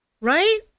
Right